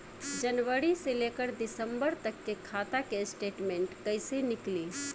जनवरी से लेकर दिसंबर तक के खाता के स्टेटमेंट कइसे निकलि?